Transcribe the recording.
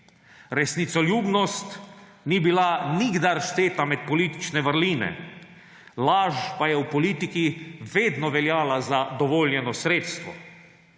Resnicoljubnost ni bila nikdar šteta med politične vrline. Laž pa je v politiki vedno veljala za dovoljeno sredstvo.